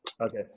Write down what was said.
Okay